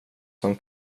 som